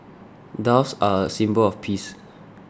doves are a symbol of peace